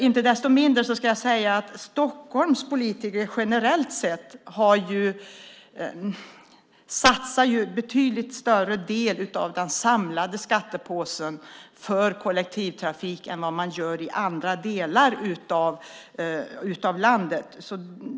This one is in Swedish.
Inte desto mindre ska jag säga att Stockholms politiker generellt sett satsar en betydligt större del av den samlade skattepåsen på kollektivtrafik än vad man gör i andra delar av landet.